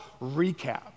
recap